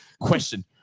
Question